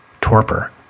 torpor